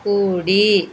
కూడి